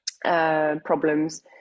Problems